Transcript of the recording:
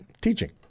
teaching